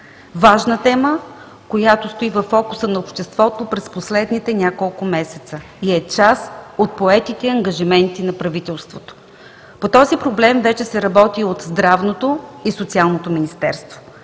важна тема, която стои във фокуса на обществото през последните няколко месеца и е част от поетите ангажименти на правителството. По този проблем вече се работи от Здравното и Социалното министерство.